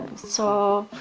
so